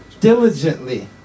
Diligently